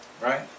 Right